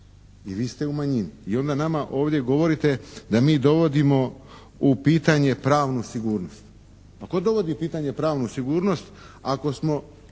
i vi ste u manjini i onda nama ovdje govorite da mi dovodimo u pitanje pravnu sigurnost. Pa tko dovodi u pitanje pravnu sigurnost ako smo